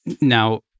Now